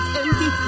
empty